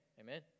Amen